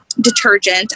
detergent